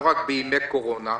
לא רק בימי קורונה.